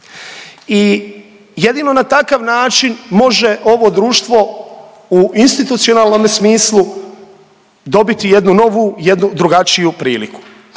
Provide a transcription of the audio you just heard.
i jedino na takav način može ovo društvo u institucionalnome smislu dobiti jednu novu, jednu drugačiju priliku.